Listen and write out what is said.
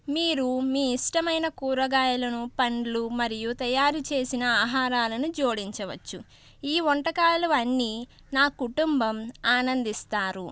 మీరు మీ ఇష్టమైన కూరగాయలను పండ్లు మరియు తయారుచేసిన ఆహారాలను జోడించవచ్చు ఈ వంటకాలు అన్నీ నా కుటుంబం ఆనందిస్తారు